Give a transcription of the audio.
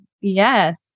Yes